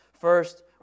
First